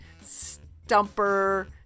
Stumper